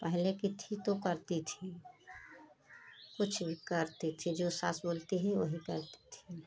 पहले कि थी तो करती थी कुछ भी करती थी जो सास बोलती है वही करती थी